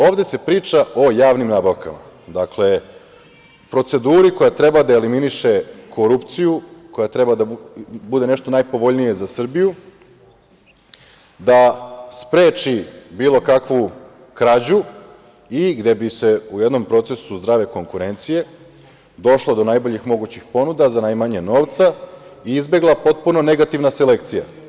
Ovde se priča o javnim nabavkama, dakle, proceduri koja treba da eliminiše korupciju, koja treba da bude nešto najpovoljnije za Srbiju, da spreči bilo kakvu krađu i gde bi se u jednom procesu zdrave konkurencije došlo do najboljih mogućih ponuda za najmanje novca i izbegla potpuno negativna selekcija.